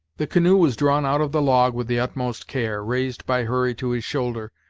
the canoe was drawn out of the log with the utmost care, raised by hurry to his shoulder,